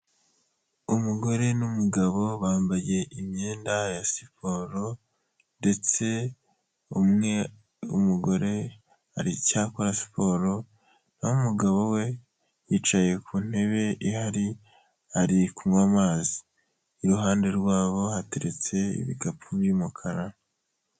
Umugore n'umugabo bambaye imyenda ya siporo ndetse umwe w'umugore aracyakora siporo, naho umugabo we yicaye ku ntebe ihari, ari kunywa amazi, iruhande rwabo hateretse ibikapu by'umukara.